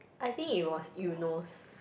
I think it was Eunos